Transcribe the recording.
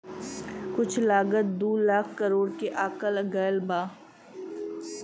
कुल लागत दू लाख करोड़ के आकल गएल बा